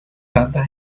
tantas